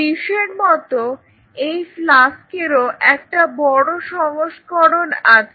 ডিসের মত এই ফ্লাস্কেরও একটা বড় সংস্করণ রয়েছে